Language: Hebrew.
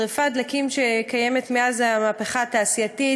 שרפת דלקים שקיימת מאז המהפכה התעשייתית,